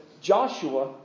Joshua